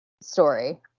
story